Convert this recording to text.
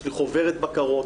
יש לי חוברת בקרות,